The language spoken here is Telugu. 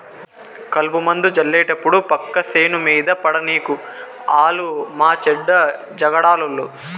కలుపుమందు జళ్లేటప్పుడు పక్క సేను మీద పడనీకు ఆలు మాచెడ్డ జగడాలోళ్ళు